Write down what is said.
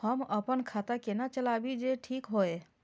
हम अपन खाता केना चलाबी जे ठीक होय?